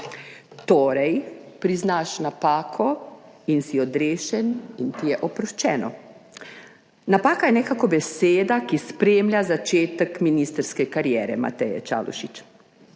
Torej, priznaš napako in si odrešen in ti je oproščeno. »Napaka« je nekako beseda, ki spremlja začetek ministrske kariere Mateje Čalušić.